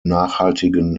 nachhaltigen